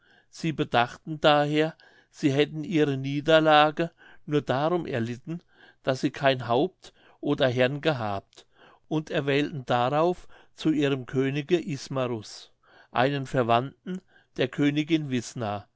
sie bedachten daher sie hätten ihre niederlage nur darum erlitten daß sie kein haupt oder herrn gehabt und erwählten darauf zu ihrem könige ismarus einen verwandten der königin wißna